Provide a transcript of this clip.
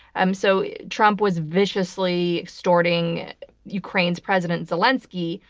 um so trump was viciously extorting ukraine's president zelensky,